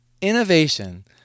innovation